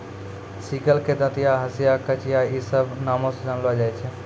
sickle के दंतिया, हंसिया, कचिया इ सभ नामो से जानलो जाय छै